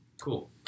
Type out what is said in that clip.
Cool